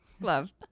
love